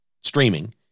streaming